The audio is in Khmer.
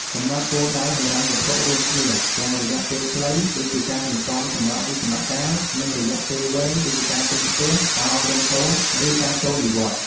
កំណត់គោលដៅហិរញ្ញវត្ថុរួមគ្នា ទាំងរយៈពេលខ្លី ដូចជាការសន្សំសម្រាប់វិស្សមកាល និងរយៈពេលវែង ដូចជាការទិញផ្ទះ ការអប់រំកូន ឬការចូលនិវត្តន៍។